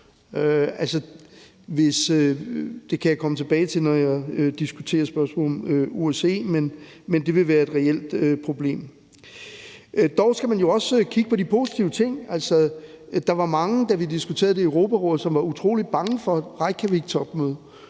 Det kan jeg komme tilbage til, når jeg diskuterer spørgsmålet om OSCE. Men det vil være et reelt problem. Dog skal man også kigge på de positive ting. Der var mange, da vi diskuterede det i Europarådet, der var utrolig bange for Reykjaviktopmødet,